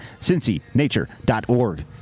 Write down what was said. cincynature.org